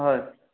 হয়